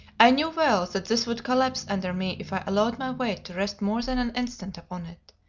i knew well that this would collapse under me if i allowed my weight to rest more than an instant upon it.